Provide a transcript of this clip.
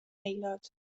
aelod